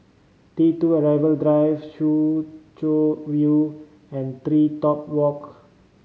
T Two Arrival Drive Soo Chow You and Three Top Walk